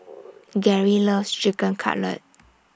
Gary loves Chicken Cutlet